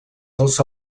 dels